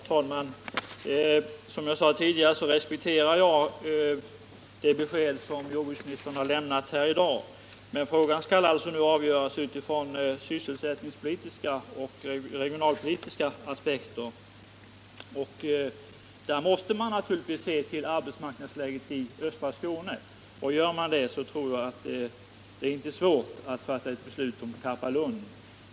Herr talman! Som jag sade tidigare, respekterar jag det besked som jordbruksministern har lämnat här i dag. Frågan skall alltså nu avgöras utifrån sysselsättningspolitiska och regionalpolitiska aspekter. Därvid måste man naturligtvis se till arbetsmarknadsläget i östra Skåne, och gör man det, tror jag inte det är svårt att fatta ett beslut om Karpalund.